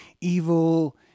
evil